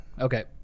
Okay